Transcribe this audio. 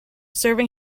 serving